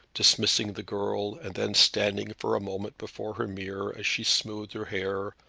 dismissing the girl and then standing for a moment before her mirror as she smoothed her hair,